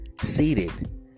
seated